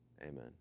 Amen